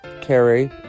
Carrie